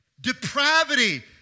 Depravity